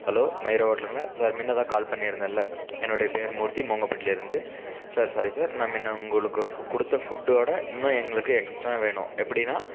hello Mayura ஹோட்டலுங்களா sir முன்னதான் call பண்ணிருந்தேன்ல என்னுடைய பேர் மூர்த்தி மோங்கப்பட்டிலருந்து சார் சாரி சார் நான் முன்ன உங்களுக்கு கொடுத்த ஃபுட்டோட இன்னும் எங்களுக்கு எக்ஸ்ட்ரா வேணும் எப்படினா